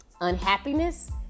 unhappiness